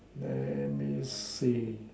let me see